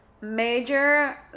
major